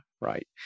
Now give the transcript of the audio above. right